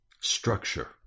structure